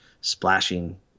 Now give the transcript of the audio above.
splashing